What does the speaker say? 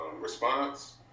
response